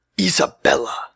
Isabella